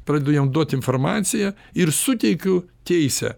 pradedu jam duot informaciją ir suteikiu teisę